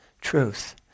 truth